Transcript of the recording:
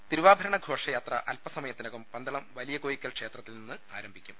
തിരൂവാഭരണഘോഷയാത്ര അൽപസമയത്തിനകം പന്തളം വലിയകോയിക്കൽ ക്ഷേത്രത്തിൽ നിന്ന് ആരംഭിക്കും